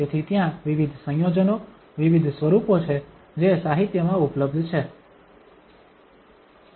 તેથી ત્યાં વિવિધ સંયોજનો વિવિધ સ્વરૂપો છે જે સાહિત્યમાં ઉપલબ્ધ છે